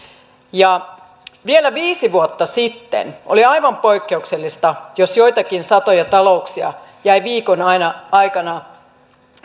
vielä viisi vuotta sitten oli aivan poikkeuksellista jos joitakin satoja talouksia jäi viikon aikana